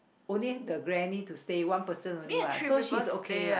only the granny to stay one person only what so she's okay what